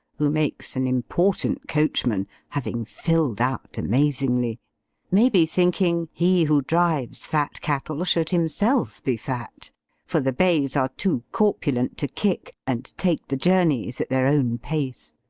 who makes an important coachman, having filled out amazingly may be, thinking, he who drives fat cattle should himself be fat for the bays are too corpulent to kick, and take the journeys at their own pace.